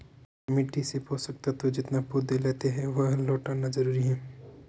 मिट्टी से पोषक तत्व जितना पौधे लेते है, वह लौटाना जरूरी है